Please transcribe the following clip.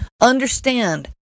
Understand